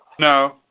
No